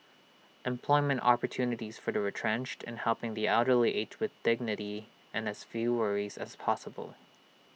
employment opportunities for the retrenched and helping the elderly age with dignity and as few worries as possible